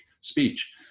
speech